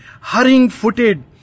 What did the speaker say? hurrying-footed